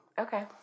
Okay